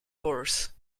course